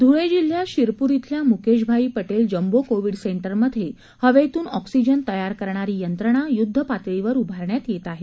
ध्ळे जिल्ह्यात शिरपूर इथल्या Mukeshbhai Patel jumbo Covid centre मध्ये हवेतून ऑक्सिजन तयार करणारी यंत्रणा युध्दपातळीवर उभारण्यात येत आहे